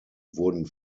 wurden